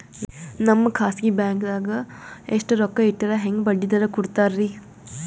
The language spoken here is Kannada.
ನಮ್ಮ ಖಾಸಗಿ ಬ್ಯಾಂಕ್ ಖಾತಾದಾಗ ಎಷ್ಟ ರೊಕ್ಕ ಇಟ್ಟರ ಹೆಂಗ ಬಡ್ಡಿ ದರ ಕೂಡತಾರಿ?